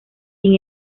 sin